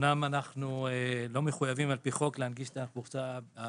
אנחנו אומנם לא מחויבים על פי חוק להנגיש את התחבורה הבין-עירונית.